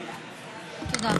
תודה.